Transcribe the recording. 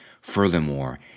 Furthermore